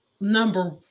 number